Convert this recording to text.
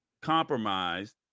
compromised